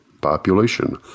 population